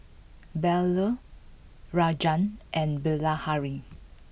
Bellur Rajan and Bilahari